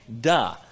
Duh